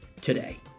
today